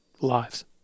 lives